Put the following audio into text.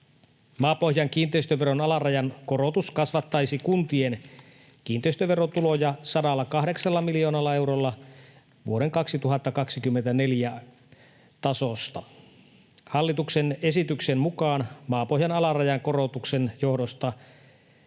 Maapohjan kiinteistöveron alarajan korotus kasvattaisi kuntien kiinteistöverotuloja 108 miljoonalla eurolla vuoden 2024 tasosta. Hallituksen esityksen mukaan maapohjan alarajan korotuksen johdosta